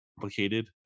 complicated